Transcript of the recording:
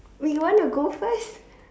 we want to go first